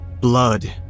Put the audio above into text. Blood